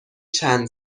چند